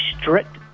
strict